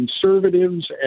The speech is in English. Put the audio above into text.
conservatives